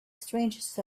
strangest